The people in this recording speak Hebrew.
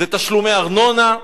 זה תשלומי ארנונה,